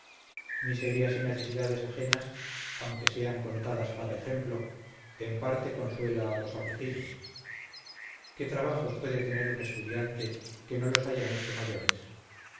nuestros miserias y necesidades ajenas aunque sean contadas para ejemplo en parte consuela a los afligidos qué trabajos puede tener un estudiante que no los haya mucho mayores